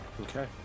Okay